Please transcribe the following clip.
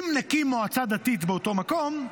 אם נקים מועצה דתית באותו מקום,